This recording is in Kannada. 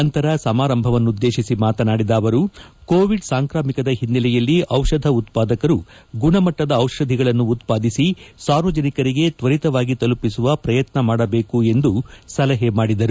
ನಂತರ ಸಮಾರಂಭವನ್ನುದ್ಲೇತಿಸಿ ಮಾತನಾಡಿದ ಅವರು ಕೋವಿಡ್ ಸಾಂಕಾಮಿಕದ ಹಿನ್ನೆಲೆಯಲ್ಲಿ ಚಿಷಧ ಉತ್ತಾದಕರು ಗುಣಮಟ್ಟದ ಔಷಧಿಗಳನ್ನು ಉತ್ಪಾದಿಸಿ ಸಾರ್ವಜನಿಕರಿಗೆ ತ್ತರಿತವಾಗಿ ತಲುಪಿಸುವ ಪ್ರಯತ್ನ ಮಾಡಬೇಕು ಎಂದು ಸಲಹೆ ಮಾಡಿದರು